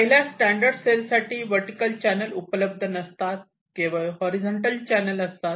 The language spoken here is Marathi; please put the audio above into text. पहिल्या स्टॅंडर्ड सेल साठी वर्टीकल चॅनल उपलब्ध नसतात केवळ हॉरिझॉन्टल चॅनल असतात